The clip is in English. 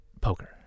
Poker